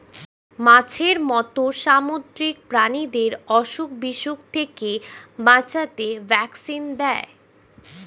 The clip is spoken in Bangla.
মাছের মত সামুদ্রিক প্রাণীদের অসুখ বিসুখ থেকে বাঁচাতে ভ্যাকসিন দেয়